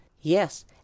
Yes